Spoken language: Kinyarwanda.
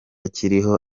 kiriho